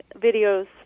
videos